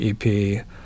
ep